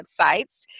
Websites